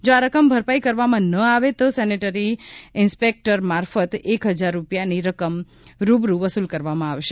જો આ રકમ ભરપાઇ કરવામાં ન આવે તો સેનેટરી ઇન્સપેકટર મારફત એક હજાર રૂપિયાની રકમ રૂબરૂ વસુલ કરવામાં આવશે